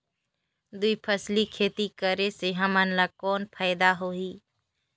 दुई फसली खेती करे से हमन ला कौन फायदा होही?